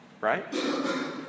right